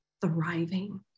thriving